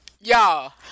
y'all